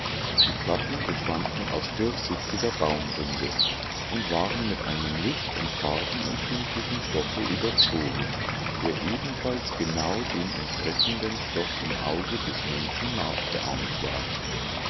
die platten bestanden aus durchsichtiger baumrinde und waren mit einem licht und farbenempfindlichen stoffe überzogen der ebenfalls genau dem entsprechenden stoff im auge des menschen nachgeahmt war